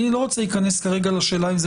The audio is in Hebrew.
אני לא רוצה להיכנס כרגע לשאלה אם זה